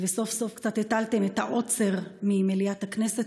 סוף-סוף קצת התרתם את העוצר במליאת הכנסת